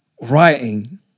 writing